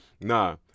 Nah